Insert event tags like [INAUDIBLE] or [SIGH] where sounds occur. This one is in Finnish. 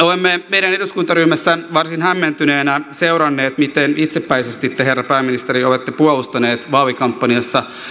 [UNINTELLIGIBLE] olemme meidän eduskuntaryhmässä varsin hämmentyneenä seuranneet miten itsepäisesti te herra pääministeri olette puolustanut vaalikampanjassa